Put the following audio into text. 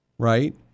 right